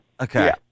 Okay